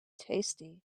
tasty